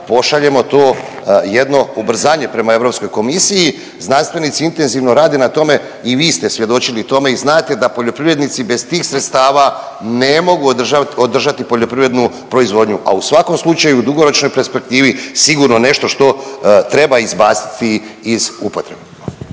pošaljemo to jedno ubrzanje prema Europskoj komisiji. Znanstvenici intenzivno rade na tome i vi ste svjedočili tome i znate da poljoprivrednici bez tih sredstava ne mogu održati poljoprivrednu proizvodnju, a u svakom slučaju u dugoročnoj perspektivi sigurno nešto što treba izbaciti iz upotrebe.